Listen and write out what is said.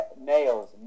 nails